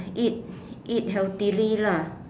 eat eat healthily lah